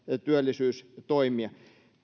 työllisyystoimia